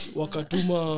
wakatuma